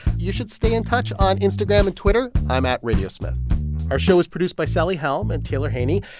you should stay in touch on instagram and twitter. i'm at radiosmith our show is produced by sally helm and taylor haney.